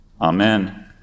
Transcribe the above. Amen